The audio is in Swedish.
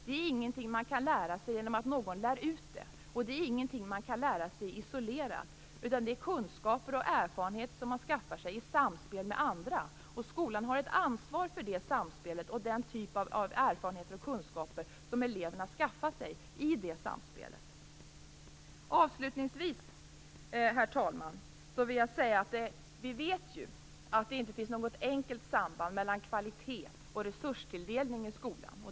Det är ingenting man kan lära sig genom att någon lär ut det. Det är ingenting man kan lära sig isolerat. Det är kunskaper och erfarenheter som man skaffar sig i samspel med andra. Skolan har ett ansvar för det samspelet och den typ av erfarenheter och kunskaper som eleverna skaffar sig i det samspelet. Herr talman! Avslutningsvis vill jag säga att vi vet att det inte finns något enkelt samband mellan kvalitet och resurstilldelning i skolan.